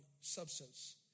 substance